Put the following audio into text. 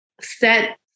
set